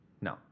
no